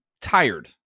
tired